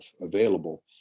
available